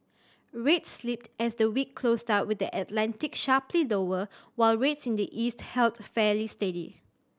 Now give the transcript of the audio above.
rates slipped as the week closed out with the Atlantic sharply lower while rates in the east held fairly steady